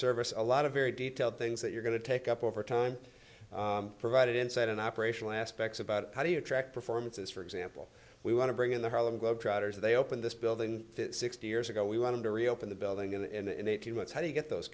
service a lot of very detailed things that you're going to take up over time provided inside and operational aspects about how do you attract performances for example we want to bring in the harlem globetrotters they opened this building sixty years ago we wanted to reopen the building and in eighteen months how do you get those